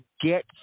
get